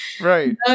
right